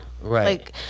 right